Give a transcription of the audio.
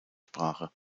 sprache